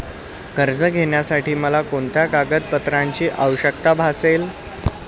कर्ज घेण्यासाठी मला कोणत्या कागदपत्रांची आवश्यकता भासेल?